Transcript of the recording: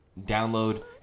download